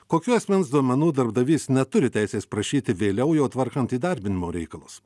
kokių asmens duomenų darbdavys neturi teisės prašyti vėliau jau tvarkant įdarbinimo reikalus